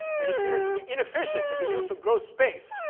it appears to be inefficient in the use of gross space.